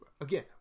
again